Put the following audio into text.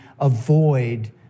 avoid